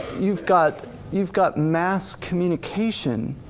you've got you've got mass communication.